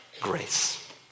grace